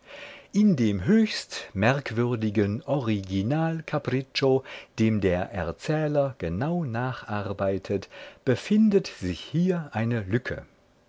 in dem höchst merkwürdigen originalcapriccio dem der erzähler genau nacharbeitet befindet sich hier eine lücke